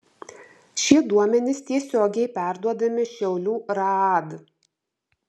šie duomenys tiesiogiai perduodami šiaulių raad